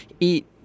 eat